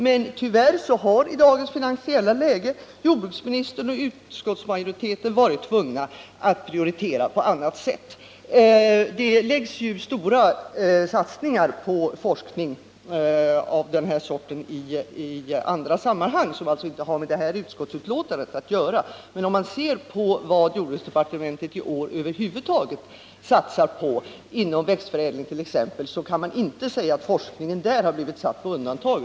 Men tyvärr har i dagens finansiella läge jordbruksministern och utskottsmajoriteten varit tvungna att prioritera på annat sätt. Det görs stora satsningar på forskning av det här slaget i andra sammanhang, som inte behandlas i det här utskottsbetänkandet. Men om man ser på vad jordbruksdepartementet i år över huvud taget satsar inom t.ex. växtförädlingen, kan man inte säga att forskningen på detta område har blivit satt på undantag.